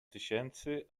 tysięcy